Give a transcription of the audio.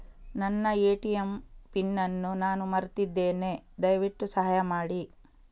ನನ್ನ ATM pin ಅನ್ನು ನಾನು ಮರ್ತಿದ್ಧೇನೆ, ದಯವಿಟ್ಟು ಸಹಾಯ ಮಾಡಿ